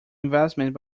investment